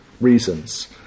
reasons